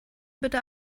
bitte